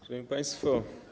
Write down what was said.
Szanowni Państwo!